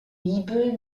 niebüll